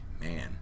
man